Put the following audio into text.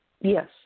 Yes